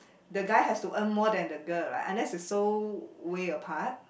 the guy has to earn more than the girl right unless is so way apart